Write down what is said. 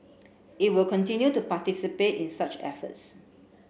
it will continue to participate in such efforts